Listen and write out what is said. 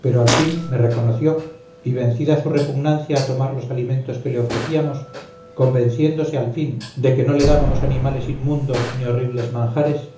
pero al fin me reconoció y vencida su repugnancia a tomar los alimentos que le ofrecíamos convenciéndose al fin de que no le dábamos animales inmundos ni horribles manjares